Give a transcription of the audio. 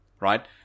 Right